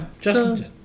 Justin